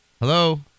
Hello